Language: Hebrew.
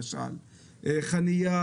אם יש דוח חנייה,